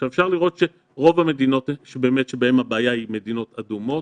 אפשר לראות שרוב המדינות שבאמת בהן הבעיה היא הן מדינות אדומות.